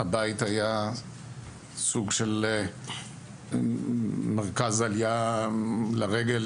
הבית היה סוג של מרכז עלייה לרגל,